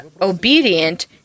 obedient